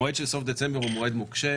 המועד של סוף דצמבר הוא מועד נוקשה,